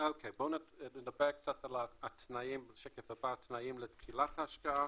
נדבר קצת על התנאים לתחילת ההשקעה.